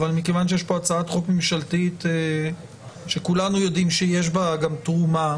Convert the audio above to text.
אבל מכיוון שיש פה הצעת חוק ממשלתית שכולנו יודעים שיש בה גם תרומה,